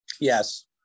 Yes